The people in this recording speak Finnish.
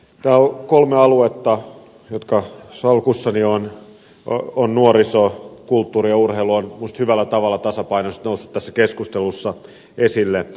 nämä kolme aluetta jotka salkussani ovat nuoriso kulttuuri ja urheilu ovat minusta hyvällä tavalla tasapainoisesti nousseet tässä keskustelussa esille